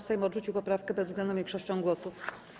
Sejm odrzucił poprawkę bezwzględną większością głosów.